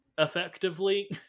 effectively